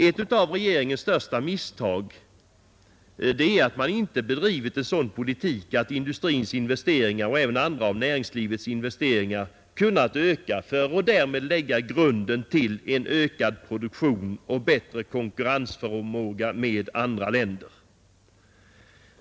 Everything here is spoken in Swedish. Ett av regeringens största misstag är att man inte bedrivit en sådan politik att industrins investeringar och även andra av näringslivets investeringar kunnat öka för att därmed lägga grunden till ökad produktion och bättre konkurrensförmåga i förhållande till andra länder.